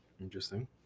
Interesting